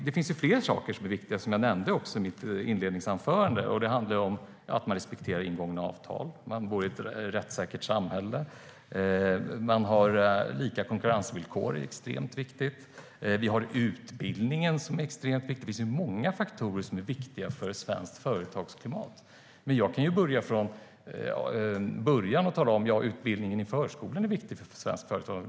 Det finns fler saker som är viktiga, som jag nämnde i mitt inledningsanförande, till exempel att respektera ingångna avtal, ett rättssäkert samhälle, lika konkurrensvillkor och utbildning. Det finns många viktiga faktorer för svenskt företagsklimat. Jag kan börja från början och säga att utbildningen i förskolan är viktig för svenskt företagande.